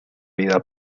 vida